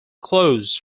clause